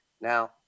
now